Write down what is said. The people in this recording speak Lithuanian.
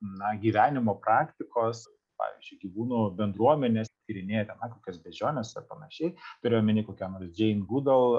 na gyvenimo praktikos pavyzdžiui gyvūnų bendruomenės tyrinėdama kokios beždžionės ar panašiai turiu omeny kokios nors džein gudo